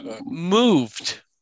Moved